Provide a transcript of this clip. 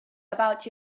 about